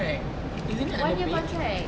one year contract